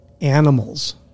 animals